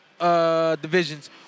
Divisions